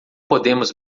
podemos